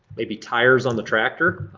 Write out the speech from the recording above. maybe tires on the tractor.